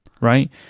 right